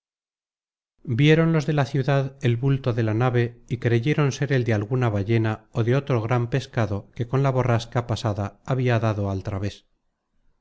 vieron los de la ciudad el bulto de la nave y creyeron ser el de alguna ballena ó de otro gran pescado que con la borrasca pasada habia dado al traves